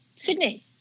Sydney